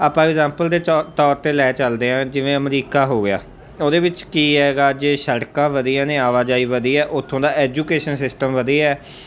ਆਪਾਂ ਇਗਜਾਮਪਲ ਦੇ ਚੋ ਤੌਰ 'ਤੇ ਲੈ ਚਲਦੇ ਹਾਂ ਜਿਵੇਂ ਅਮਰੀਕਾ ਹੋ ਗਿਆ ਉਹਦੇ ਵਿੱਚ ਕੀ ਹੈਗਾ ਜੇ ਸੜਕਾਂ ਵਧੀਆ ਨੇ ਆਵਾਜਾਈ ਵਧੀਆ ਉੱਥੋਂ ਦਾ ਐਜੂਕੇਸ਼ਨ ਸਿਸਟਮ ਵਧੀਆ